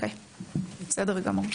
בסדר גמור.